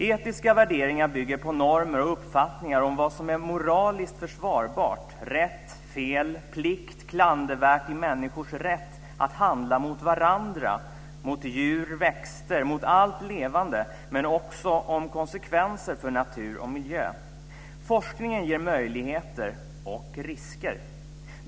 Etiska värderingar bygger på normer och uppfattningar om vad som är moraliskt försvarbart - rätt, fel, plikt och klandervärt i människors rätt att handla mot varandra, mot djur och växter, mot allt levande, men också om konsekvenser för natur och miljö. Forskningen ger möjligheter och risker.